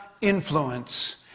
influence